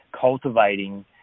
cultivating